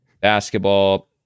basketball